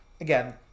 Again